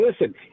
listen